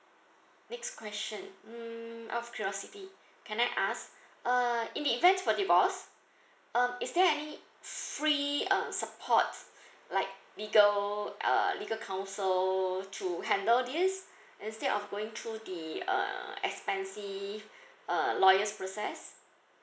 next question mm out of curiosity can I ask uh in the event for divorce um is there any free uh support like legal uh legal council to handle this instead of going through the uh expensive uh lawyers process